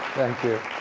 thank you.